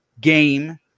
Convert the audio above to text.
game